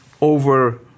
over